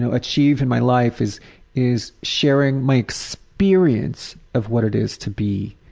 ah achieve in my life, is is sharing my experience of what it is to be